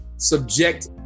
subject